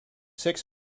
six